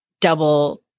double